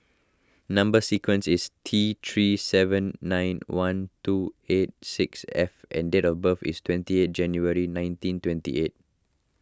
Number Sequence is T three seven nine one two eight six F and date of birth is twenty eight January nineteen twenty eight